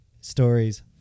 stories